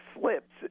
slips